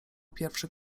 pierwszy